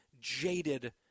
jaded